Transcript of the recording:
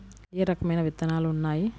ఏ రకమైన విత్తనాలు ఉన్నాయి?